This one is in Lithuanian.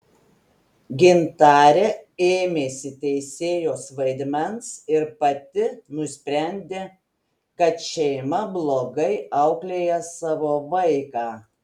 gintarė ėmėsi teisėjos vaidmens ir pati nusprendė kad šeima blogai auklėja savo vaiką